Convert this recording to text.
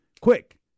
Quick